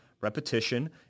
repetition